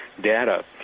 data